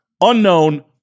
unknown